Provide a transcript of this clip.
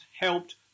helped